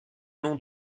nom